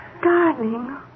Darling